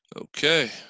Okay